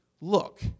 Look